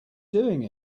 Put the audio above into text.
doing